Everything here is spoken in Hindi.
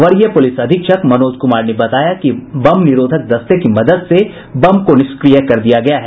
वरीय पुलिस अधीक्षक मनोज कुमार ने बताया कि बम निरोधक दस्ते की मदद से बम को निष्क्रिय कर दिया गया है